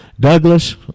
Douglas